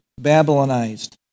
Babylonized